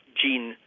gene